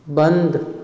बंद